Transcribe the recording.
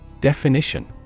Definition